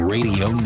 Radio